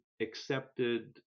accepted